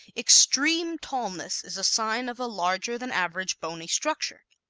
extreme tallness is a sign of a larger than average bony structure.